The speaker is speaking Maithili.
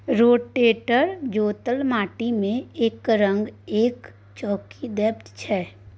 रोटेटर जोतल माटि मे एकरंग कए चौकी दैत छै